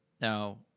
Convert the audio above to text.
Now